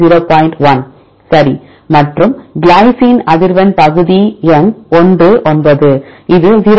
1 சரி மற்றும் கிளைசின் அதிர்வெண் பகுதி எண் 1 9 இது 0